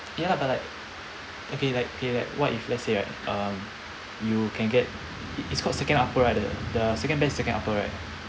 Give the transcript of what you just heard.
ya lah but like okay like okay like what if let's say right uh you can get it's called second upper right the the second best is second upper right